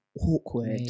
awkward